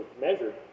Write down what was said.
measured